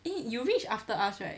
eh you reached after us right